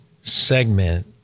segment